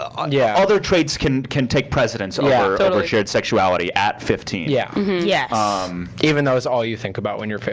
um yeah other traits can can take precedence over shared sexuality at fifteen. yeah yeah um even though that's all you think about when you're